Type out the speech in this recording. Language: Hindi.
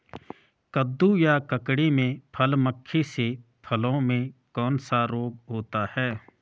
कद्दू या ककड़ी में फल मक्खी से फलों में कौन सा रोग होता है?